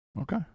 okay